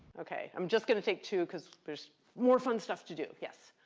ok. i'm just going to take two, because there's more fun stuff to do. yes?